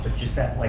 just that, like